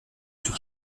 sur